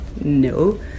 no